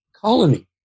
colony